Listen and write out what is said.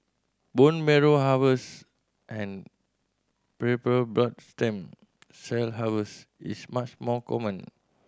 bone marrow harvest and peripheral blood stem cell harvest is much more common